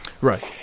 right